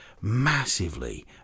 massively